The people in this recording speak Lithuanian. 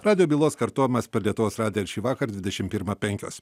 radijo bylos kartojimas per lietuvos radiją šįvakar dvidešim pirmą penkios